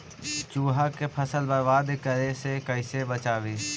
चुहा के फसल बर्बाद करे से कैसे बचाबी?